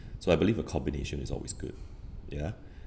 so I believe a combination is always good ya